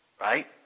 right